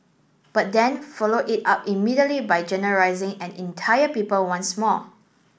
but then followed it up immediately by generalising an entire people once more